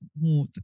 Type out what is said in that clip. more